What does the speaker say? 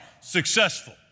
successful